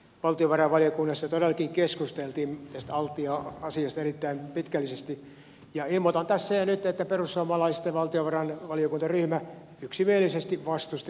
valtiovarainvaliokunnassa todellakin keskusteltiin tästä altia asiasta erittäin pitkällisesti ja ilmoitan tässä ja nyt että perussuomalaisten valtiovarainvaliokuntaryhmä yksimielisesti vastusti altian myyntiä